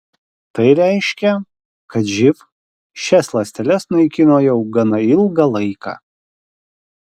tai reiškia kad živ šias ląsteles naikino jau gana ilgą laiką